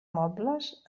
mobles